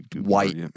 white